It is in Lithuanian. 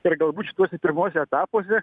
ir galbūt šituose pirmuose etapuose